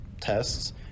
tests